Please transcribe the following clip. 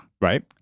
Right